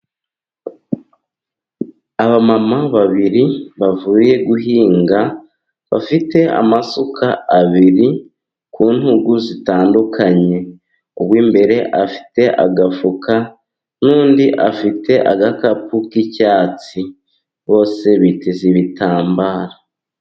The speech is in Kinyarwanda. Abamama babiri bavuye guhinga bafite amasuka abiri ku ntugu zitandukanye. Uw'imbere afite agafuka, n'undi afite agakapu k'icyatsi, bose biteze ibitambara.